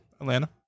Atlanta